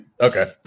Okay